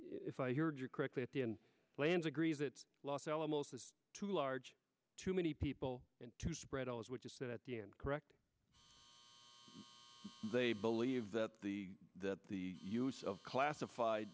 if i heard you correctly at the end plans agree that los alamos is too large too many people to spread as what you said at the end correct they believe that the that the use of classified